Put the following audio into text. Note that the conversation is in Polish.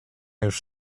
już